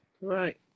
Right